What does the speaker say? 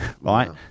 right